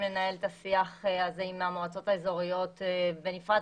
לנהל את השיח עם המועצות האזוריות בנפרד,